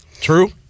True